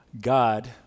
God